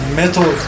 metal